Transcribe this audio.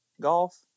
golf